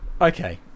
Okay